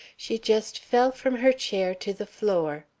she just fell from her chair to the floor.